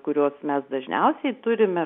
kuriuos mes dažniausiai turime